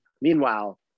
meanwhile